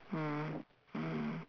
mm mm